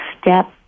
step